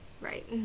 right